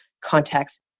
context